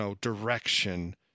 direction